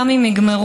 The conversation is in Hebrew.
גם אם יגמרו,